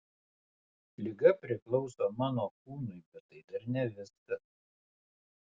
liga priklauso mano kūnui bet tai dar ne viskas